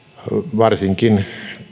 varsinkin kun